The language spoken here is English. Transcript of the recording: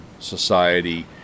Society